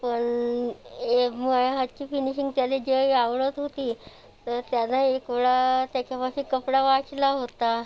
पण एक माझ्या हातची फिनिशिंग त्याला जेही आवडत होती तर त्याला एकवेळा त्याच्यापाशी कपडा वाचला होता